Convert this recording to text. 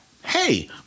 hey